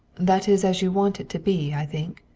that is as you want it to be, i think.